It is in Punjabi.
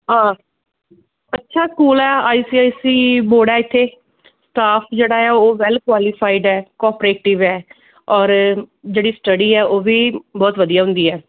ਹਾਂ ਅੱਛਾ ਸਕੂਲ ਹੈ I C I C board ਹੈ ਇੱਥੇ ਸਟਾਫ਼ ਜਿਹੜਾ ਆ ਉਹ ਵੈੱਲ ਕੁਆਲੀਫਾਈਡ ਹੈ ਕੋਪਰੇਟਿਵ ਹੈ ਔਰ ਜਿਹੜੀ ਸਟੱਡੀ ਹੈ ਉਹ ਵੀ ਬਹੁਤ ਵਧੀਆ ਹੁੰਦੀ ਹੈ